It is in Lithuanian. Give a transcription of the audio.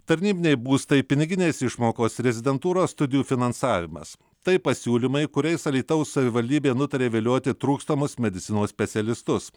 tarnybiniai būstai piniginės išmokos rezidentūros studijų finansavimas tai pasiūlymai kuriais alytaus savivaldybė nutarė vilioti trūkstamus medicinos specialistus